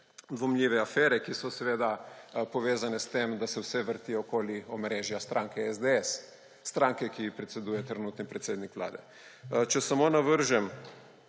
dvomljive afere, ki so seveda povezane s tem, da se vse vrti okoli omrežja stranke SDS, stranke, ki ji predseduje trenutni predsednik Vlade. Če samo navržem